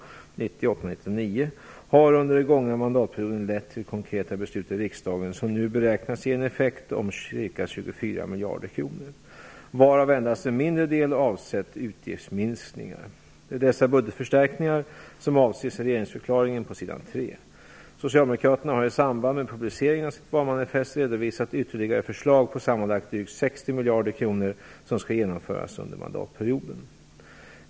har under den gångna mandatperioden lett till konkreta beslut i riksdagen som nu beräknas ge en effekt om ca 24 miljarder kronor, varav endast en mindre del avsett utgiftsminskningar. Det är dessa budgetförstärkningar som avses i regeringsförklaringen på sidan 3. Socialdemokraterna har i samband med publiceringen av sitt valmanifest redovisat ytterligare förslag på sammanlagt drygt 60 miljarder kronor som skall genomföras under mandatperioden.